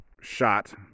shot